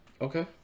Okay